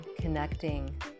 connecting